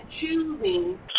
choosing